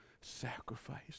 sacrifice